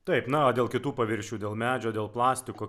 taip na o dėl kitų paviršių dėl medžio dėl plastiko